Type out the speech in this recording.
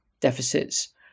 deficits